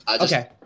Okay